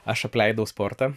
aš apleidau sportą